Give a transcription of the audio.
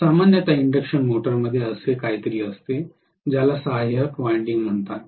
सामान्यत इंडक्शन मोटरमध्ये असे काहीतरी असते ज्याला सहाय्यक वायंडिंग म्हणतात